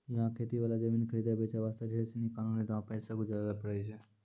यहाँ खेती वाला जमीन खरीदै बेचे वास्ते ढेर सीनी कानूनी दांव पेंच सॅ गुजरै ल पड़ै छै